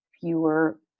fewer